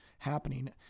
happening